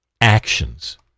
actions